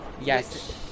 yes